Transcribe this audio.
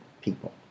people